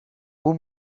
pull